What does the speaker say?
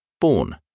Born